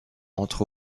entre